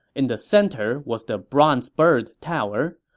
in the center was the bronze bird tower.